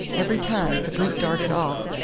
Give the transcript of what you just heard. every time, the brute darted off,